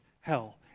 hell